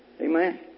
Amen